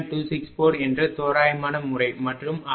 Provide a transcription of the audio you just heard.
264 என்ற தோராயமான முறை மற்றும் அது 14